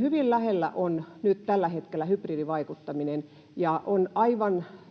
Hyvin lähellä meitä on nyt tällä hetkellä hybridivaikuttaminen, ja on aivan